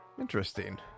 interesting